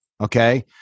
Okay